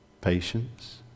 patience